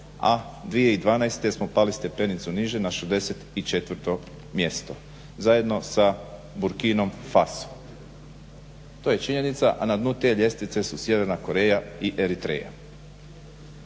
a 2012. smo pali stepenicu niže na 64. mjesto, zajedno sa Burkinom Faso. To je činjenica, a na dnu te ljestvice su Sjeverna Koreja i Eritreja.